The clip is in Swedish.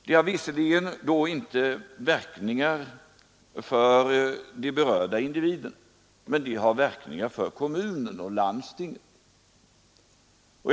Det har visserligen inte några verkningar för de berörda individerna, men det har verkningar för kommuner och landstinget.